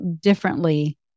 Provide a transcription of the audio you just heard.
differently